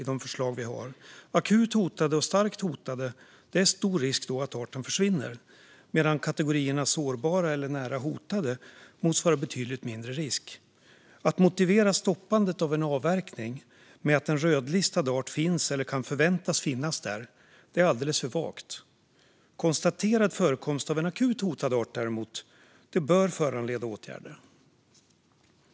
Kategorierna akut hotade och starkt hotade innebär stor risk att arten försvinner, medan kategorierna sårbara och nära hotade innebär betydligt mindre risk. Att motivera stoppandet av en avverkning med att en rödlistad art finns eller kan förväntas finnas där är alldeles för vagt. Konstaterad förekomst av en akut hotad art bör däremot föranleda åtgärder.